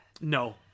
No